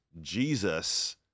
Jesus